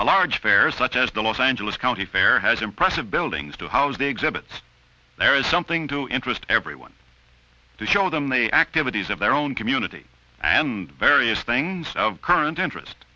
a large bear such as the los angeles county fair has impressive buildings to house the exhibits there is something to interest everyone to show them the activities of their own community and various things of current interest